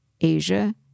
Asia